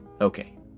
Okay